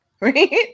right